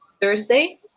Thursday